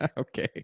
Okay